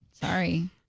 Sorry